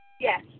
Yes